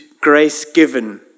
grace-given